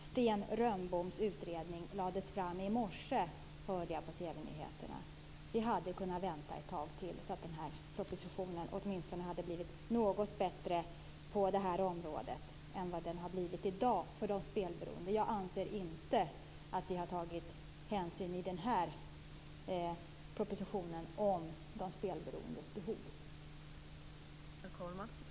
Sten Rönnbergs utredning lades fram i morse, hörde jag på TV-nyheterna. Vi hade kunnat vänta ett tag till så att den här propositionen åtminstone hade blivit något bättre på det här området än den är i dag med tanke på de spelberoende. Jag anser inte att vi i den här propositionen har tagit hänsyn till de spelberoendes behov.